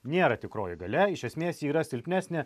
nėra tikroji galia iš esmės ji yra silpnesnė